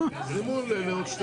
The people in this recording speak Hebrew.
זימון, שתי